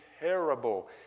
terrible